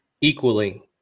Equally